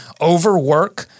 overwork